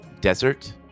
desert